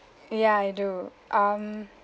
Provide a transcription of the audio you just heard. ya I do um